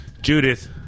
Judith